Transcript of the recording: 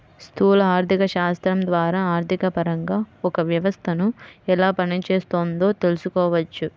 స్థూల ఆర్థికశాస్త్రం ద్వారా ఆర్థికపరంగా ఒక వ్యవస్థను ఎలా పనిచేస్తోందో తెలుసుకోవచ్చు